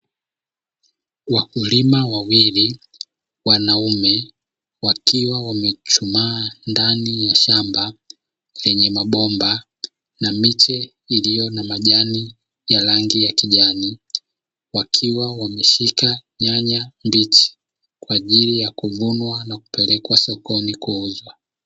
Wakulima wawili wanaume wakiwa wamechuchumaa ndani ya shamba lenye mabomba na miche iliyo na majani ya rangi ya kijani, wakiwa wameshika nyanya mbichi kwa ajili ya kuvunwa na kupelekwa sokoni kuuzwa.